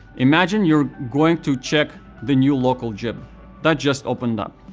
imagine you are going to check the new local gym that just opened up.